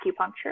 acupuncture